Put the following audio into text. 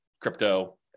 crypto